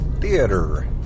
theater